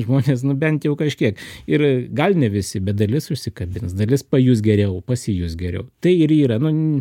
žmones bent jau kažkiek ir gal ne visi bet dalis užsikabins dalis pajus geriau pasijus geriau tai ir yra nun